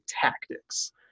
tactics